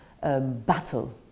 Battle